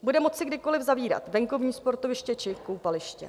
Bude moci kdykoliv zavírat venkovní sportoviště či koupaliště.